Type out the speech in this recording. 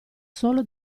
solo